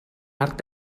arc